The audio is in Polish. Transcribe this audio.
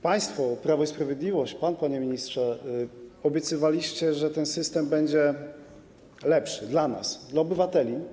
Państwo, Prawo i Sprawiedliwość, pan, panie ministrze, obiecywaliście, że ten system będzie lepszy dla nas, dla obywateli.